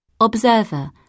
Observer